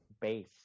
base